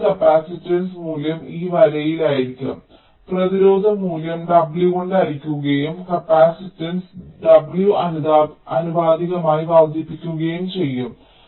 അതിനാൽ gate capacitance മൂല്യം ഈ വരിയിലായിരിക്കും പ്രതിരോധ മൂല്യം W കൊണ്ട് ഹരിക്കുകയും കപ്പാസിറ്റൻസ് W ആനുപാതികമായി വർദ്ധിക്കുകയും ചെയ്യും